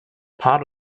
part